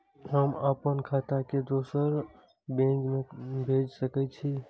हम आपन खाता के दोसर बैंक में भेज सके छी?